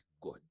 God